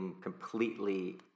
completely